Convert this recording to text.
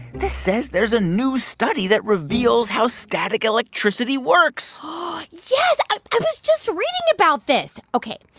this says there's a new study that reveals how static electricity works um ah yes. i was just reading about this. ok.